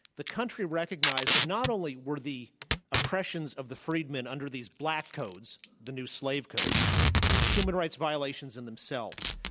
the country recognized that not only were the oppressions of the freedmen under these black codes the new slave codes human rights violations in themselves,